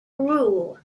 rule